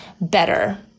better